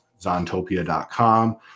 Zontopia.com